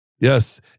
Yes